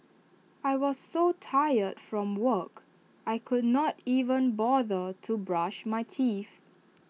I was so tired from work I could not even bother to brush my teeth